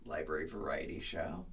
libraryvarietyshow